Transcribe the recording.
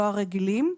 לא הרגילים.